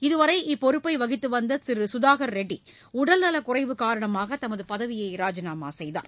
இதுவரை இப்பொறுப்பை வகித்து வந்த திரு சுதாகர் ரெட்டி உடல்நலக்குறைவு காரணமாக தமது பதவியை ராஜினாமா செய்தார்